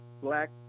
Black